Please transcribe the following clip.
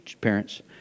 parents